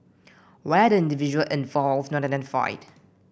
why are the individual involved not identified